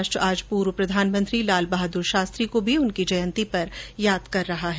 राष्ट्र आज पूर्व प्रधानमंत्री लाल बहादुर शास्त्री को भी उनकी जयंती पर याद कर रहा है